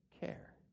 care